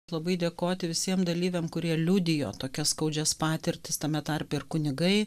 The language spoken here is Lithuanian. labai dėkoti visiem dalyviam kurie liudijo tokias skaudžias patirtis tame tarpe ir kunigai